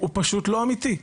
הוא פשוט לא אמיתי.